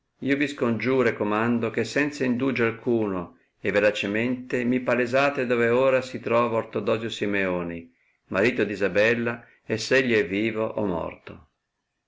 vi scongiuro e comando che senza indugio alcuno e veracemente mi palesate dove ora si trova ortodosio simeoni marito d isabella e s egli è vivo o morto